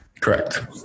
Correct